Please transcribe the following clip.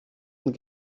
und